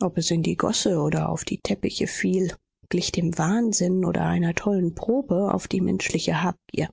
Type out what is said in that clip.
ob es in die gosse oder auf die teppiche fiel glich dem wahnsinn oder einer tollen probe auf die menschliche habgier